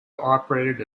operated